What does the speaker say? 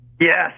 Yes